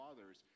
Fathers